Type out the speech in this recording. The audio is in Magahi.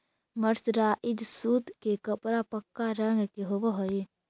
मर्सराइज्ड सूत के कपड़ा पक्का रंग के होवऽ हई